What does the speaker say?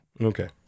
Okay